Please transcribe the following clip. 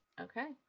Okay